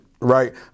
Right